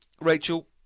Rachel